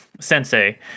sensei